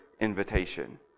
invitation